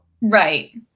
Right